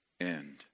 end